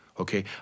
Okay